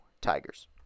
Tigers